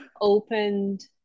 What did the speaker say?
opened